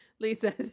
lisa